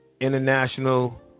international